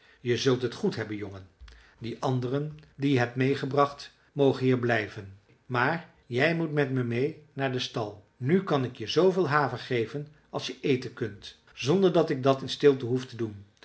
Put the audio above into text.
je zult het goed hebben jongen die anderen die je hebt meêgebracht mogen hier blijven maar jij moet met me meê naar den stal nu kan ik je zooveel haver geven als je eten kunt zonder dat ik dat in stilte hoef te doen